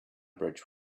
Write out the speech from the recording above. bridge